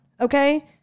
okay